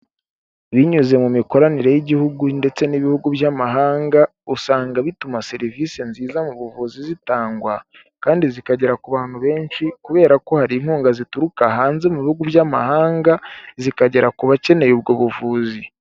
Binyuze mu mikoranire y'igihugu ndetse n'ibihugu by'amahanga, usanga bituma serivisi nziza mu buvuzi zitangwa, kandi zikagera ku bantu benshi, kubera ko hari inkunga zituruka hanze mu bihugu by'amahanga, zikagera ku bakeneye ubwo buvuzi.